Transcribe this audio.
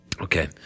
Okay